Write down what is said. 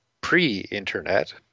pre-internet